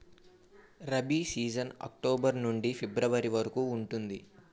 rabi season October నుండి February వరకు ఉంటుంది